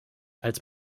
als